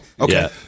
Okay